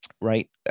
right